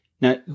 Now